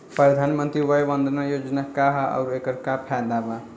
प्रधानमंत्री वय वन्दना योजना का ह आउर एकर का फायदा बा?